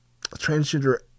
transgender